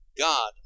God